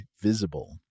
Visible